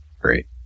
great